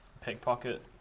pickpocket